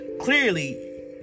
clearly